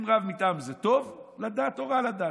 אם רב מטעם זה טוב לדת או רע לדת,